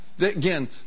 again